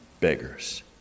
beggars